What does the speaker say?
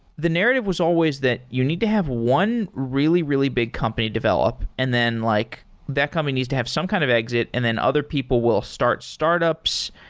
the narrative was always that you need to have one really, really big company develop and then like that company needs to have some kind of exit and then other people will start startups.